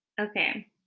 Okay